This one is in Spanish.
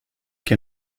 que